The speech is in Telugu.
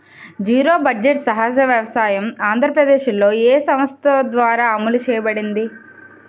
జీరో బడ్జెట్ సహజ వ్యవసాయం ఆంధ్రప్రదేశ్లో, ఏ సంస్థ ద్వారా అమలు చేయబడింది?